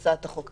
הצעת החוק.